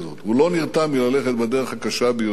הוא לא נרתע מללכת בדרך הקשה ביותר.